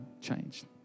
changed